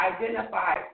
identify